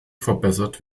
verbessert